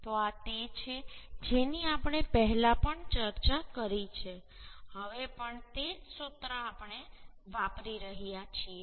તો આ તે છે જેની આપણે પહેલા પણ ચર્ચા કરી છે હવે પણ તે જ સૂત્ર આપણે વાપરી રહ્યા છીએ